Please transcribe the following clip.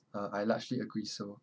uh I largely agree so